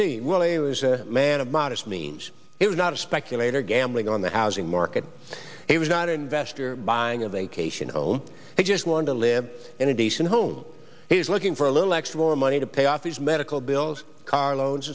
see it was a man of modest means it was not a speculator gambling on the housing market he was not an investor buying a vacation home he just wanted to live in a decent home he was looking for a little extra money to pay off his medical bills car loans